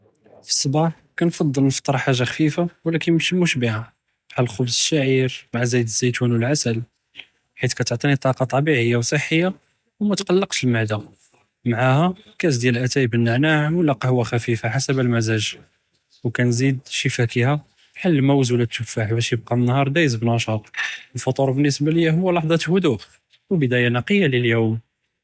פִסְבַּּח כנתעד נִפְתֶּר בְּחאג'ה חָפִיפה ولكין מאשי מְשַבַּעָה, בחאל חָבּז שָעִיר מע זֵית זֵית ו אלעֻסל, חית כיתעְטיני טַאקּה טבעִיה ו סחִיחָה ו מא תְקַלִּק אלמֻעדה, מעהא כוס דאתאי ו נַעְנַע אוא קהווה חָפִיפה חסב אלמֻזַח, ו כנזיד שִי פָאקּה בחאל אלמּוּז אוא תּוּפַח, באש יִבְקָא אלנּהאר דַאיֵז בִּנַשַּאט, אלפֻטוּר הו אחְסאס בּחדוּء ו בּדֵיאָה נְקִיה לִלְיוּם.